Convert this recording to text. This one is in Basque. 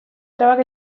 trabak